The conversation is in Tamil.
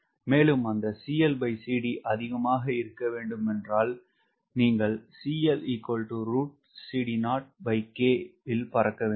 மேலும் அந்த அதிகமாக இருக்கவேண்டுமானால் நீங்கள் ல் பறக்க வேண்டும்